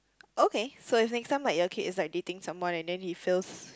okay so if next time like your kid is like dating someone and then he fails